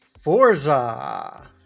Forza